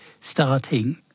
starting